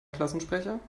klassensprecher